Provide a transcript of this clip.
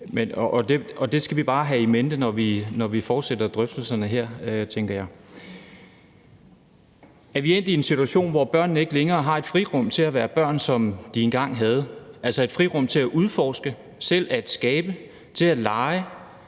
og det skal vi bare have in mente, når vi fortsætter drøftelserne her, tænker jeg. Er vi endt i en situation, hvor børn ikke længere har et frirum til at være børn, som de engang havde, altså et frirum til at udforske, til selv at skabe, til at lege